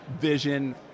vision